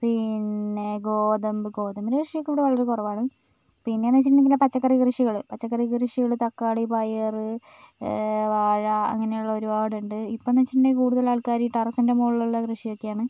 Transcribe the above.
പിന്നെ ഗോതമ്പ് ഗോതമ്പ് കൃഷിയക്കെ ഇവിടെ വളരെ കുറവാണ് പിന്നേന്ന് വെച്ചിട്ടുണ്ടെങ്കിൽ പച്ചക്കറി കൃഷികൾ പച്ചക്കറി കൃഷികൾ തക്കാളി പയറ് വാഴ അങ്ങനെയുള്ള ഒരുപാടുണ്ട് ഇപ്പോഴേന്ന് വെച്ചിട്ടുണ്ടെങ്കിൽ കൂടുതലാൾക്കാരും ഈ ടെറസിൻ്റെ മുകളിലുള്ള കൃഷിയൊക്കെയാണ്